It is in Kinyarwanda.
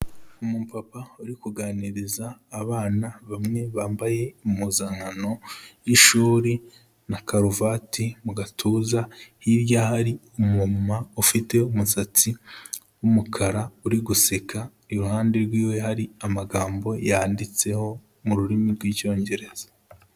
Umu papa uri kuganiriza abana bamwe bambaye impuzankano y'ishuri na karuvati mu gatuza, hirya hari umu mama ufite umusatsi w'umukara uri guseka, iruhande rwiwe hari amagambo yanditseho mu rurimi rw'Icyongereza.